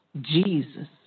Jesus